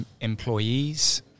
employees